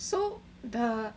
so the